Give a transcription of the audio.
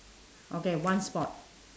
okay one spot